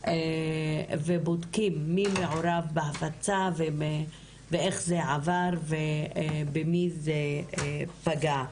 ובודקים מי מעורב בהפצה ואיך זה עבר ובמי זה פגע.